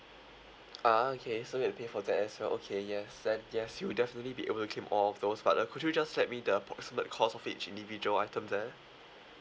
ah okay so we'll pay for that as well okay yes then yes you'll definitely be able to claim all of those but uh could you just let me the approximate cost of each individual item there